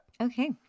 Okay